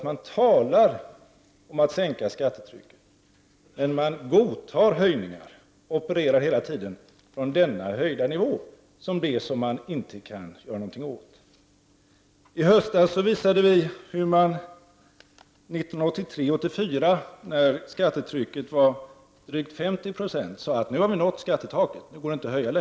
Man talar om att sänka skattetrycket, men man godtar höjningar. Hela tiden opererar man med denna högre nivå som man anser sig inte kunna göra någonting åt. I höstas visade vi hur man 1983/84, då skattetrycket var drygt 50 90, sade att skattetaket hade nåtts. Det gick inte, menade man, att höja mera.